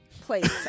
place